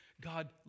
God